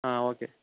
ಹಾಂ ಓಕೆ